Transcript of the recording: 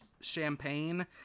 champagne